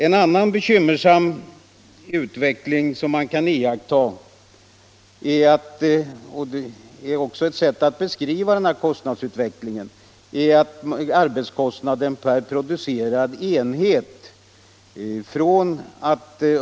En annan bekymmersam utveckling som kan iakttas — och som också är ett sätt att beskriva den här kostnadsutvecklingen — är arbetskostnaden per producerad enhet.